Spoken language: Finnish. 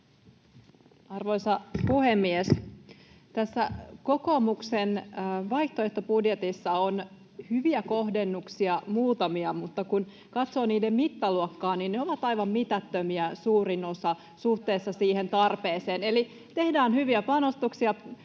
Arvoisa puhemies! Tässä kokoomuksen vaihtoehtobudjetissa on muutamia hyviä kohdennuksia, mutta kun katsoo niiden mittaluokkaa, niin ne ovat aivan mitättömiä, suurin osa, suhteessa siihen tarpeeseen. Eli tehdään hyviä panostuksia